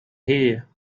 here